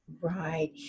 Right